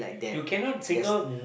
you cannot single